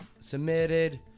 Submitted